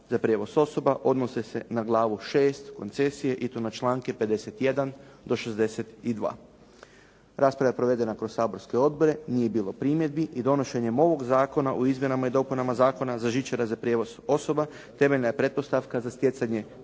za prijevoz osoba odnose se na glavu 6 koncesije i to na članke 51. do 62. Rasprava je provedena kroz saborske odbore, nije bilo primjedbi i donošenjem ovog zakona o izmjenama i dopunama Zakona za žičare za prijevoz osoba, temeljna je pretpostavka za stjecanje